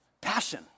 passion